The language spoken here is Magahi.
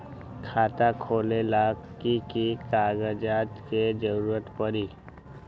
खाता खोले ला कि कि कागजात के जरूरत परी?